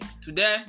today